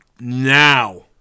Now